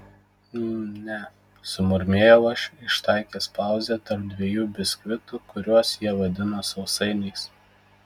mm ne sumurmėjau aš ištaikęs pauzę tarp dviejų biskvitų kuriuos jie vadino sausainiais